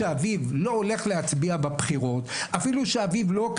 שרת החינוך הלכה, אני גם מברך אותה.